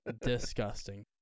disgusting